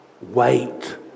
Wait